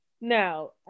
now